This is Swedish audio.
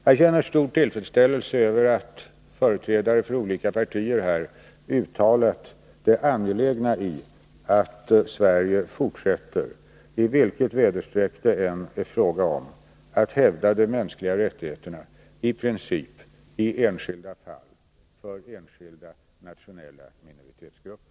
Jag känner stor tillfredsställelse över att företrädare för olika partier har uttalat det angelägna i att Sverige — i vilket väderstreck det än är fråga om — fortsätter att hävda de mänskliga rättigheterna i princip, i enskilda fall och för enskilda nationella minoritetsgrupper.